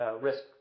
risk